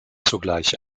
sogleich